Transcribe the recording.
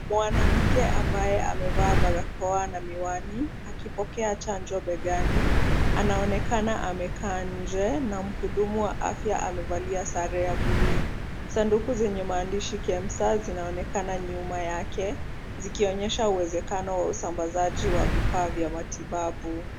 Mwanamke ambaye amevaa barakoa na miwani, akipokea chanjo begani, anaonekana amekaa nje, na mhudumu wa afya amevalia sare ya bluu. Sanduku zenye maandishi KEMSA zinaonekana nyuma yake, zikionyesha uwezekano wa usambazaji wa vifaa vya matibabu.